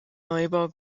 neubau